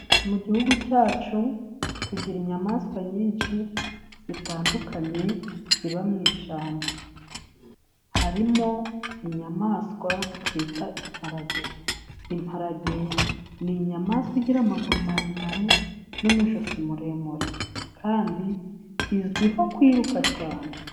Mu gihugu cyacu tugira inyamaswa nyinshi zitandukanye ziba mu ishyamba, harimo inyamaswa twita imparage. Imparage ni inyamaswa igira amaguru maremare n'umujosi muremure kandi izwiho kwiruka cyane.